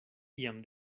iam